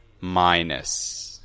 minus